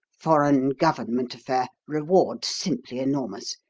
foreign government affair reward simply enormous.